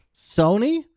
sony